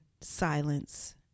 silence